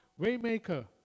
Waymaker